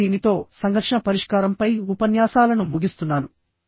కాబట్టి దీనితో సంఘర్షణ పరిష్కారంపై ఉపన్యాసాలను ముగిస్తున్నాను